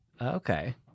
Okay